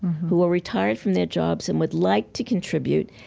who are retired from their jobs and would like to contribute,